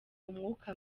umwuka